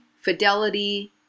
Fidelity